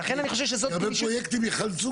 כי הרבה פרויקטים יחלצו כך.